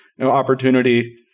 opportunity